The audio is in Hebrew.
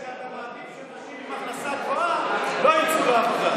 זאת אומרת שאתה מעדיף שנשים עם הכנסה גבוהה לא יצאו לעבודה.